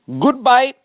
Goodbye